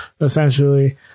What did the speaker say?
Essentially